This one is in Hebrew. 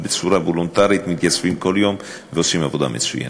שבצורה וולונטרית מתייצבים כל יום ועושים עבודה מצוינת.